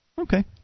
okay